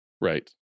Right